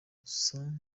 gusa